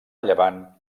llevant